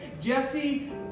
Jesse